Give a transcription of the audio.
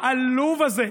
העלוב הזה,